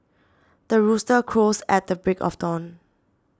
the rooster crows at the break of dawn